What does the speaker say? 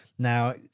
Now